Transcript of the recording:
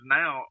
now